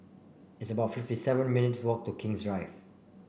it's about fifty seven minutes' walk to King's Drive